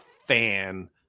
fan